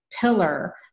pillar